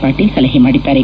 ಪಾಟೀಲ್ ಸಲಹೆ ಮಾಡಿದ್ದಾರೆ